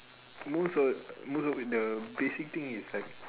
most of most of the basic thing is like